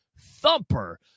thumper